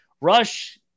Rush